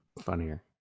funnier